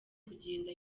kugenda